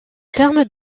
terme